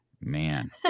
man